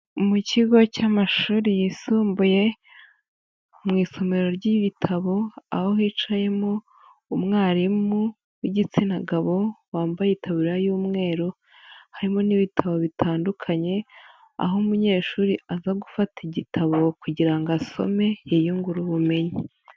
Mu kigo cy'amashuri yisumbuye, mu isomero ry'ibitabo, aho hicayemo umwarimu w'igitsina gabo wambaye itaburiya y'umweru, harimo n'ibitabo bitandukanye, aho umunyeshuri aza gufata igitabo kugira ngo asome yiyungure ubumenyi.